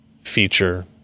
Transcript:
feature